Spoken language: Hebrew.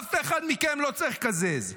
אף אחד מכם לא צריך לקזז.